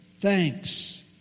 thanks